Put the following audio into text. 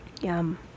Yum